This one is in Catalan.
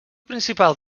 principal